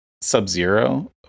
Sub-Zero